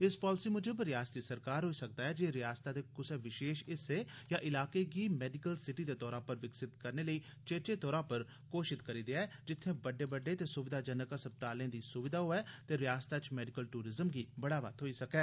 इस पालिसी मुजब रियासती सरकार होई सकदा ऐ जे रियासतै दे कुसै विशेष हिस्से या इलाके गी मेडिकल सिटी दे तौरा पर विकसित करने लेई चेचे तौरा पर घोषित करी देयै जित्थे बड्डे ते सुविधाजनक अस्पतालें दी सुविधा होऐ ते रयासतै च मेडिकल टूरिज़्म गी बढ़ावा थ्होई सकै